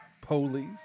Police